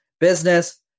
business